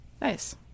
Nice